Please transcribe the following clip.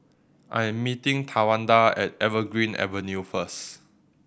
I am meeting Tawanda at Evergreen Avenue first